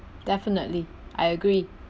definitely I agree